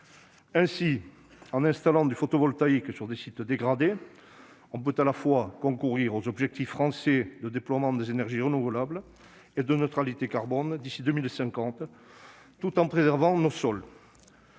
Ainsi, en installant du photovoltaïque sur des sites dégradés, on peut concourir aux objectifs français de déploiement des énergies renouvelables et de neutralité carbone d'ici à 2050 tout en préservant nos sols.